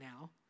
now